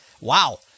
wow